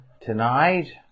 tonight